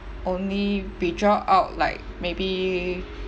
only withdraw out like maybe